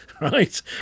Right